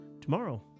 tomorrow